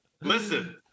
Listen